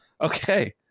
Okay